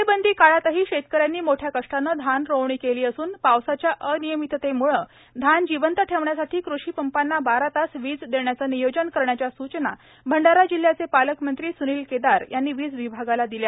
टाळेबंदी काळातही शेतकऱ्यांनी मोठया कष्टाने धान रोवणी केली असून पावसाच्या अनियमिततेम्ळे धान जिवंत ठेवण्यासाठी कृषी पंपांना बारा तास वीज देण्याचे नियोजन करण्याच्या स्चना भंडारा जिल्ह्याचे पालकमंत्री स्नील केदार यांनी वीज विभागाला दिल्या